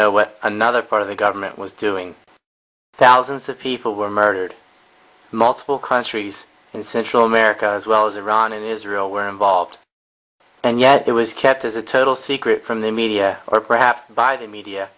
know what another part of the government was doing thousands of people were murdered multiple countries in central america as well as iran and israel were involved and yet there was kept as a total secret from the media or perhaps by the media